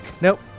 Nope